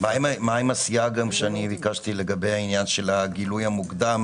מה עם הסייג שאני ביקשתי לגבי העניין של הגילוי המוקדם